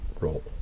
role